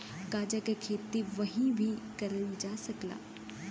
गांजा क खेती कहीं भी करल जा सकला